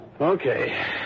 Okay